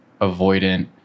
avoidant